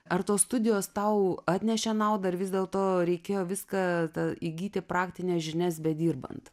ar tos studijos tau atnešė naudą ir vis dėlto reikėjo viską įgyti praktines žinias bedirbant